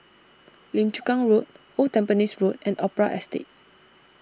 Lim Chu Kang Road Old Tampines Road and Opera Estate